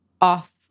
off